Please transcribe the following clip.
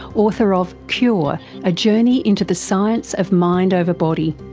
author of cure a journey into the science of mind over body.